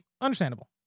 Understandable